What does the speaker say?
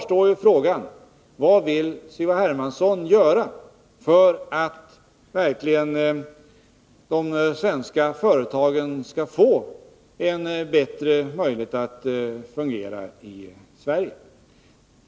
Men kvar står frågan: Vad vill C.-H. Hermansson göra för att de svenska företagen verkligen skall få bättre möjlighet att fungera i Sverige?